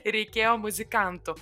reikėjo muzikantų